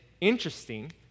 interesting